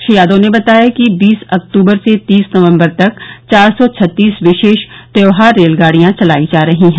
श्री यादव ने बताया कि बीस अक्तूबर से तीस नवम्बर तक चार सौ छत्तीस विशेष त्योहार रेलगाडियां चलाई जा रही हैं